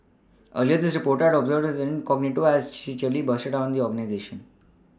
earlier this reporter had observed her incognito as she cheerily bustled around the organisation